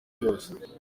cyose